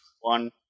One